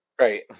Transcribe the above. Right